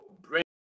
bring